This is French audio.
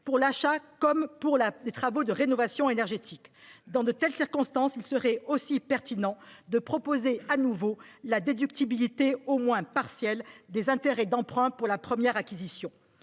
pour l’achat comme pour les travaux de rénovation énergétique, il serait pertinent de proposer de nouveau la déductibilité au moins partielle des intérêts d’emprunt pour la première acquisition.